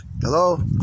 hello